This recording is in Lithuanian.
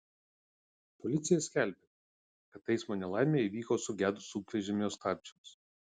policija skelbia kad eismo nelaimė įvyko sugedus sunkvežimio stabdžiams